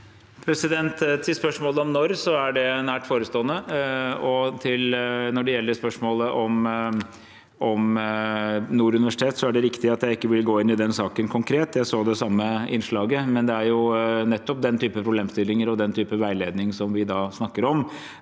Til spørsmålet om når: Det er nært forestående. Når det gjelder spørsmålet om Nord universitet, er det riktig at jeg ikke vil gå inn i den saken konkret. Jeg så det samme innslaget. Det er nettopp den type problemstillinger og den type veiledning som vi snakker om